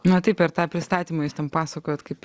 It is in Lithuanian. na taip per tą pristatymą jūs ten pasakojot kaip